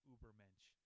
Ubermensch